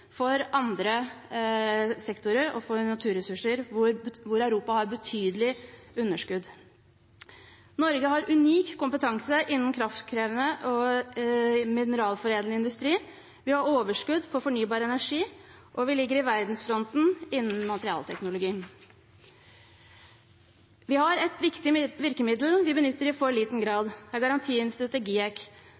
for andre sektorer og for naturressurser, hvor Europa har betydelig underskudd. Norge har unik kompetanse innen kraftkrevende og mineralforedlende industri. Vi har overskudd på fornybar energi, og vi ligger i verdensfronten innen materialteknologi. Vi har et viktig virkemiddel som vi benytter i for liten grad, og det er Garantiinstituttet, GIEK,